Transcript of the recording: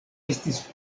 estis